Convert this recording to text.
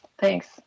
thanks